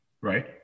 right